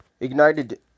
ignited